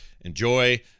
enjoy